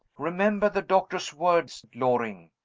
remember the doctor's words, loring.